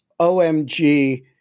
OMG